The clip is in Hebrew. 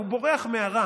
בורח מהרע